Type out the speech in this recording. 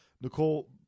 Nicole